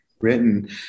written